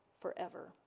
forever